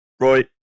Roy